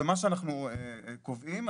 מה שאנחנו קובעים,